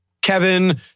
Kevin